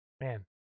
man